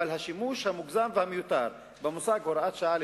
אבל השימוש המוגזם והמיותר במושג הוראת שעה,